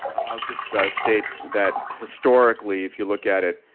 i'll just state that, historically, if you look at it,